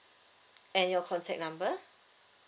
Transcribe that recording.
and your contact number